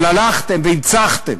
אבל הלכתם והנצחתם.